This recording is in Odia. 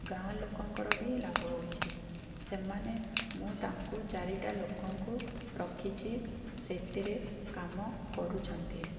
ଗାଁ ଲୋକଙ୍କର ବି ଲାଭ ହେଉଛି ସେମାନେ ମୁଁ ତାଙ୍କୁ ଚାରିଟା ଲୋକଙ୍କୁ ରଖିଛି ସେଥିରେ କାମ କରୁଛନ୍ତି